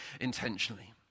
intentionally